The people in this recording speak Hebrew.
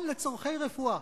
במוזיאון המדע בחיפה,